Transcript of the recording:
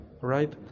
right